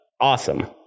awesome